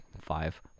five